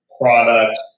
product